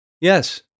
Yes